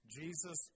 Jesus